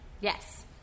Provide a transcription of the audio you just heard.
Yes